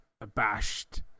abashed